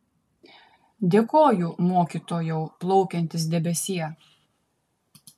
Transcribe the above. dėkoju mokytojau plaukiantis debesie